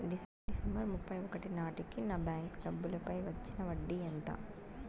December ముప్పై ఒకటి నాటేకి నా బ్యాంకు డబ్బుల పై వచ్చిన వడ్డీ ఎంత?